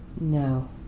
No